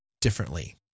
differently